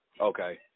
Okay